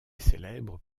célèbre